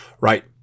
Right